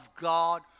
God